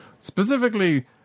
specifically